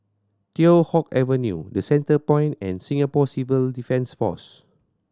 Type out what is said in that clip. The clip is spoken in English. Teow Hock Avenue The Centrepoint and Singapore Civil Defence Force